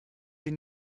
sie